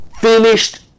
finished